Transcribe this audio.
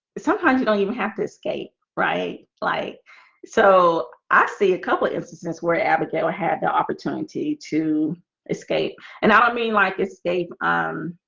sometimes you don't even have to escape right like so i see a couple of instances where abigail ah had the opportunity to escape and i ah but mean like escape. um